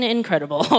incredible